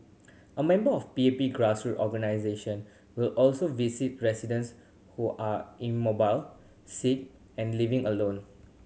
a member of P A P grassroot organisation will also visit residents who are immobile sick and living alone